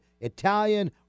Italian